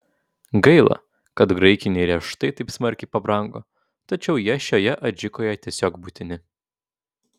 gaila kad graikiniai riešutai taip smarkiai pabrango tačiau jie šioje adžikoje tiesiog būtini